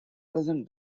present